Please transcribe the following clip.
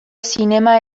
zinema